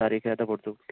تاریخ ادب اردو